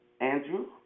Andrew